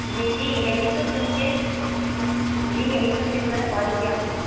जी जी यही तो सुनकर जी यही सुनकर तो मैंने कॉल किया आपको